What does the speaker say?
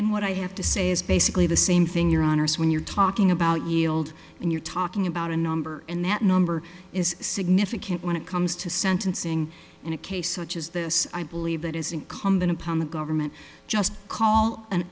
and what i have to say is basically the same thing your honour's when you're talking about yield and you're talking about a number and that number is significant when it comes to sentencing in a case such as this i believe that is incumbent upon the government just call an